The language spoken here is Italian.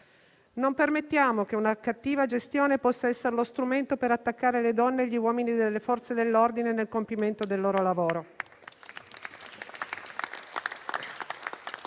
Non permettiamo che una cattiva gestione possa essere lo strumento per attaccare le donne e gli uomini delle Forze dell'ordine nel compimento del loro lavoro.